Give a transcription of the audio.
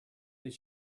that